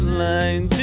line